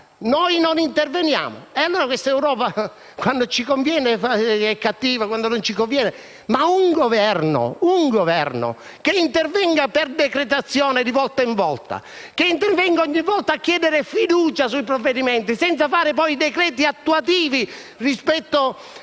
noi non interveniamo. E allora questa Europa quando ci conviene è cattiva e quando non ci conviene non lo è. Questo è un Governo che interviene per decretazione di volta in volta, che interviene di volta in volta a chiedere la fiducia sui provvedimenti senza fare poi i decreti attuativi rispetto